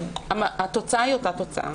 התוצאה היא אותה תוצאה.